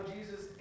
Jesus